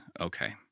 okay